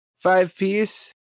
Five-piece